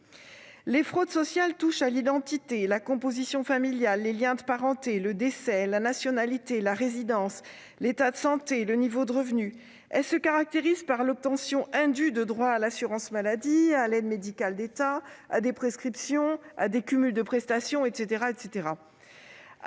Les fraudes sociales touchent à l'identité, à la composition familiale, aux liens de parenté, au décès, à la nationalité, à la résidence, à l'état de santé, au niveau de revenus, etc. Elles se caractérisent par l'obtention indue de droits à l'assurance maladie, à l'aide médicale de l'État, à des prescriptions, à des cumuls de prestations, etc.